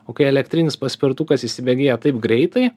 o kai elektrinis paspirtukas įsibėgėja taip greitai